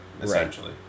essentially